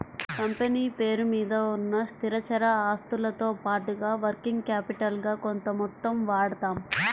company పేరు మీద ఉన్న స్థిరచర ఆస్తులతో పాటుగా వర్కింగ్ క్యాపిటల్ గా కొంత మొత్తం వాడతాం